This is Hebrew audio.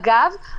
אגב,